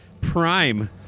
Prime